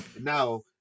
Now